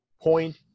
point